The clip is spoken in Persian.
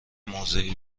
موضعی